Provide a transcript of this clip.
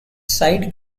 side